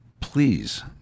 please